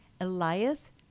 Elias